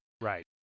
right